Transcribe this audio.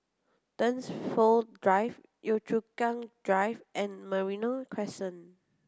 Dunsfold Drive Yio Chu Kang Drive and Merino Crescent